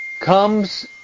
comes